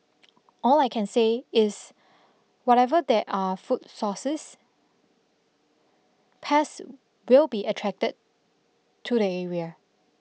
all I can say is whatever there are food sources pests will be attracted to the area